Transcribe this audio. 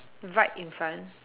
right in front